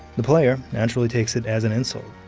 the player naturally takes it as an insult.